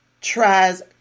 tries